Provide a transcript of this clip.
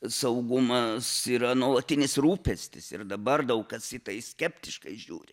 saugumas yra nuolatinis rūpestis ir dabar daug kas į tai skeptiškai žiūri